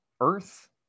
earth